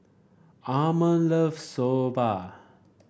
Ammon love Soba